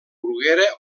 bruguera